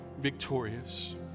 victorious